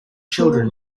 children